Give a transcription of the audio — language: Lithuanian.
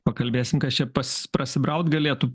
pakalbėsim kas čia pas prasibraut galėtų